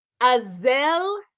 Azel